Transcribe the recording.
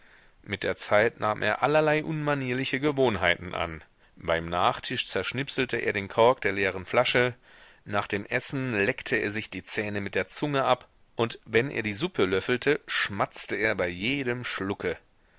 mit der zeit nahm er allerlei unmanierliche gewohnheiten an beim nachtisch zerschnippselte er den kork der leeren flasche nach dem essen leckte er sich die zähne mit der zunge ab und wenn er die suppe löffelte schmatzte er bei jedem schlucke